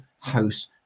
house